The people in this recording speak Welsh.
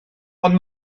ond